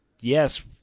yes